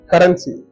currency